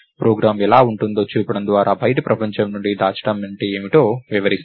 programme ఎలా ఉంటుందో చూపడం ద్వారా బయటి ప్రపంచం నుండి దాచడం అంటే ఏమిటో వివరిస్తాను